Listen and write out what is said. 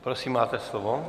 Prosím, máte slovo.